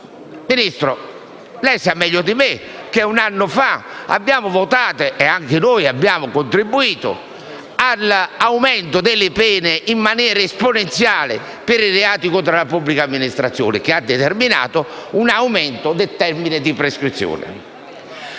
Ministro, lei sa meglio di me che un anno fa abbiamo votato - anche noi abbiamo contribuito - l'aumento delle pene in maniera esponenziale per i reati contro la pubblica amministrazione, che ha determinato un aumento del termine di prescrizione.